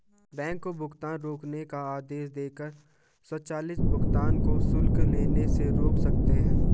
bank को भुगतान रोकने का आदेश देकर स्वचालित भुगतान को शुल्क लेने से रोक सकते हैं